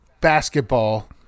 basketball